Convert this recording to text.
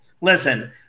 Listen